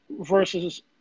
versus